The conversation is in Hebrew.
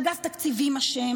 אגף התקציבים אשם,